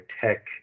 tech